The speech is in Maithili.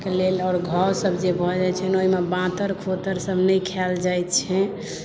आओर घाव सभ जे भऽ जाइ छनि ओहिमे बाँतर खोतरि सभ नहि खायल जाइ छै